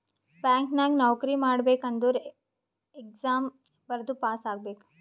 bank ನಾಗ್ ನೌಕರಿ ಮಾಡ್ಬೇಕ ಅಂದುರ್ ಎಕ್ಸಾಮ್ ಬರ್ದು ಪಾಸ್ ಆಗ್ಬೇಕ್